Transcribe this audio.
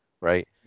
right